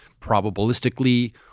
probabilistically